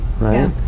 right